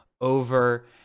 over